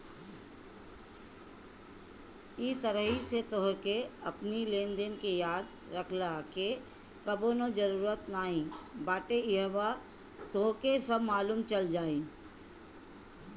इ तरही से तोहके अपनी लेनदेन के याद रखला के कवनो जरुरत नाइ बाटे इहवा तोहके सब मालुम चल जाई